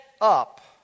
up